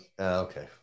okay